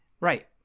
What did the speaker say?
Right